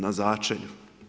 Na začelju.